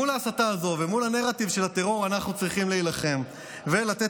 בהסתה הזו ובנרטיב של הטרור אנחנו צריכים להילחם ולתת